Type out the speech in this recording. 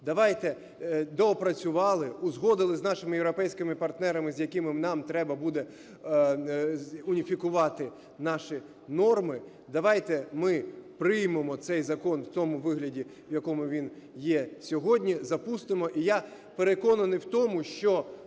давайте… доопрацювали, узгодили з нашими європейськими партнерами, з якими нам треба буде уніфікувати наші норми, давайте ми приймемо цей закон в тому вигляді, в якому він є сьогодні, запустимо і я переконаний в тому, що